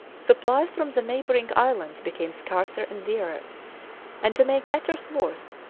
supplies from the neighbouring islands became scarcer and dearer and, to make matters worse,